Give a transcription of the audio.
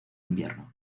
invierno